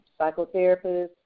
psychotherapists